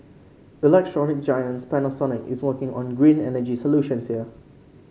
electronics giant Panasonic is working on green energy solutions here